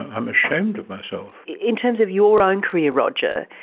i'm ashamed of myself. in terms of your own career, roger,